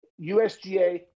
usga